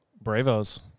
Bravos